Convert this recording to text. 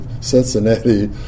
Cincinnati